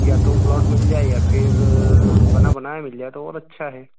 या तो प्लाट मिल जाए या फिर बना बनाया मिल जाए तो और अच्छा है